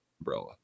umbrella